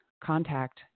contact